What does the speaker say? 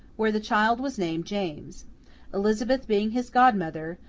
where the child was named james elizabeth being his godmother,